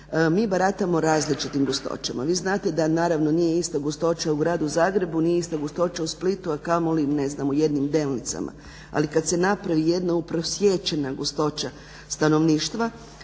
mi baratamo različitim gustoćama, vi znate da naravno nije ista gustoća u gradu Zagrebu, nije ista gustoća u Splitu, a kamoli u jednim Delnicama, ali kad se napravi jedna uprosječena gustoća stanovništva